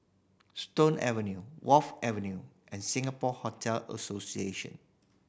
Stone Avenue Wharf Avenue and Singapore Hotel Association